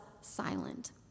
silent